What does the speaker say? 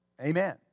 amen